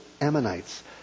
Ammonites